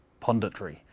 punditry